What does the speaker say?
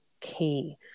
key